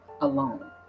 alone